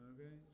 Okay